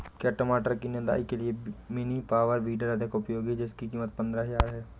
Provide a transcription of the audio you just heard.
क्या टमाटर की निदाई के लिए मिनी पावर वीडर अधिक उपयोगी है जिसकी कीमत पंद्रह हजार है?